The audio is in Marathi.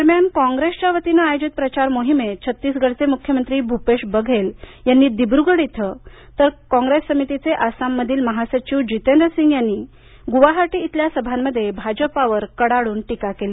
दरम्यान कॉंग्रेसच्या वतीनं आयोजित प्रचार मोहिमेत छत्तीसगडचे मुख्यमंत्री भूपेश बघेल यांनी दिब्रुगड इथं तर आणि कॉंग्रेस समितीचे आसाममधील महासचिव जितेंद्र सिंग यांनी गुवाहाटी इथल्या सभांमध्ये भाजपवर कडाडून टीका केली